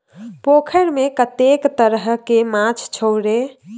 पोखैरमे कतेक तरहके माछ छौ रे?